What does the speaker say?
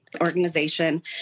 organization